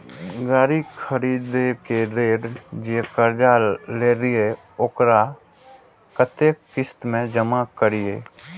गाड़ी खरदे के लेल जे कर्जा लेलिए वकरा कतेक किस्त में जमा करिए?